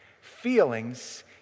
Feelings